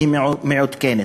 בקשה מעודכנת,